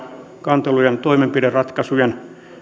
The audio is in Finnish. kantelujen toimenpideratkaisujen